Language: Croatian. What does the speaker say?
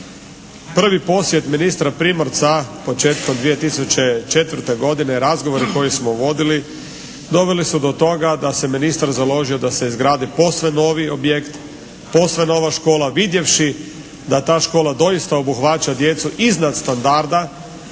Prvi posjet ministra Primorca početkom 2004. godine, razgovori koje smo vodili doveli su do toga da se ministar založio da se izgradi posve novi objekt, posve nova škola vidjevši da ta škola doista obuhvaća djecu iznad standarda.